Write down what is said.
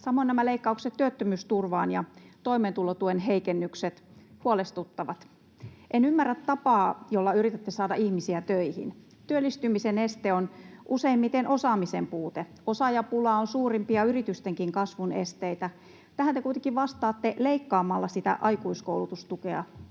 Samoin nämä leikkaukset työttömyysturvaan ja toimeentulotuen heikennykset huolestuttavat. En ymmärrä tapaa, jolla yritätte saada ihmisiä töihin. Työllistymisen este on useimmiten osaamisen puute. Osaajapula on yritystenkin kasvun suurimpia esteitä. Tähän te kuitenkin vastaatte leikkaamalla aikuiskoulutustukea,